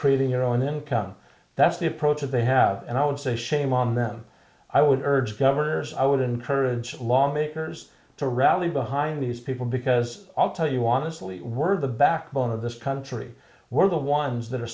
creating your own income that's the approach that they have and i would say shame on them i would urge governors i would encourage lawmakers to rally behind these people because i'll tell you honestly were the backbone of this country we're the ones that are